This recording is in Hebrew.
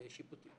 שיפוטי.